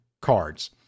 cards